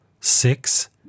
six